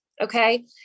Okay